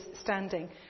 standing